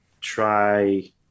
try